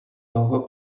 dlouho